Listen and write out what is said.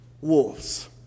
wolves